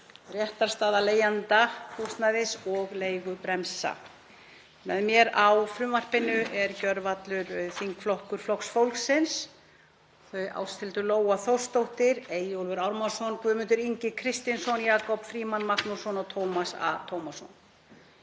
(réttarstaða leigjenda íbúðarhúsnæðis og leigubremsa). Með mér á frumvarpinu er gjörvallur þingflokkur Flokks fólksins, þau Ásthildur Lóa Þórsdóttir, Eyjólfur Ármannsson, Guðmundur Ingi Kristinsson, Jakob Frímann Magnússon og Tómas A. Tómasson.